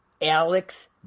Alex